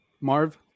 Marv